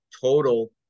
total